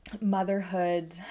motherhood